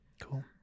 Cool